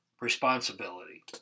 responsibility